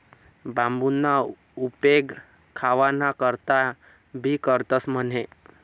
बांबूना उपेग खावाना करता भी करतंस म्हणे